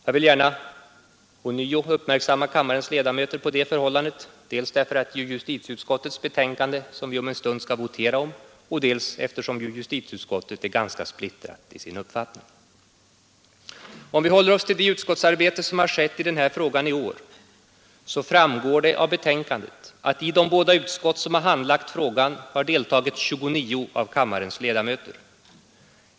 Jag vill gärna ånyo uppmärksamma kammarens ledamöter om det förhållandet, dels därför att det är justitieutskottets betänkande som vi om en stund skall votera om, dels därför att justitieutskottet är ganska splittrat i sin uppfattning. Om vi håller oss till det utskottsarbete som har skett i den här frågan i år, så framgår det av betänkandet att i de båda utskott som har handlagt frågan har deltagit 29 av kammarens ledamöter.